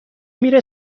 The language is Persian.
میره